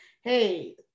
hey